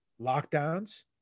Lockdowns